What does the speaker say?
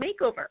Makeover